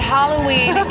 Halloween